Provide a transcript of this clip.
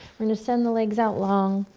we're going to send the legs out long